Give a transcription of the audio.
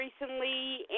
recently